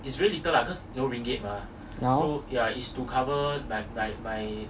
然后